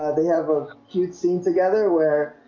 they have a cute scene together where?